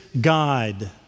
guide